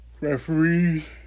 referees